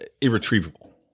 irretrievable